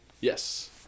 Yes